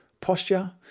posture